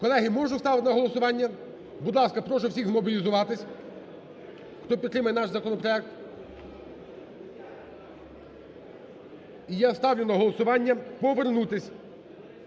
Колеги, можу ставити зараз на голосування? Будь ласка, прошу всіх змобілізуватися, хто підтримає наш законопроект. І я ставлю на голосування повернутися